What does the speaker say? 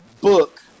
book